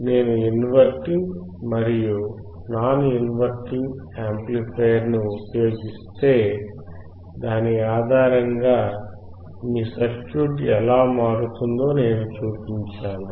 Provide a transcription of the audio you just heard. నేను ఇంవర్టింగ్ మరియు non inverting amplifier ని ఉపయోగిస్తే దాని ఆధారంగా మీ సర్క్యూట్ ఎలా మారుతుందో నేను చూపించాను